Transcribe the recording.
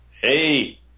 Hey